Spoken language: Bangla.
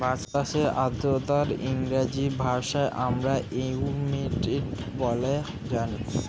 বাতাসের আর্দ্রতাকে ইংরেজি ভাষায় আমরা হিউমিডিটি বলে জানি